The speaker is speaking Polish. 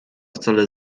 wcale